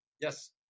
yes